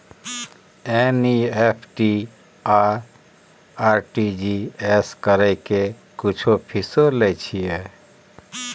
NEFT आ RTGS करै के कुछो फीसो लय छियै?